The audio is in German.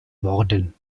worden